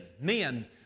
men